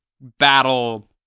battle